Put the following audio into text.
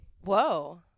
Whoa